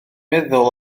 meddwl